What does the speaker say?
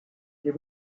they